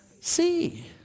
see